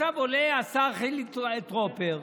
עכשיו עלה השר חילי טרופר,